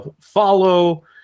follow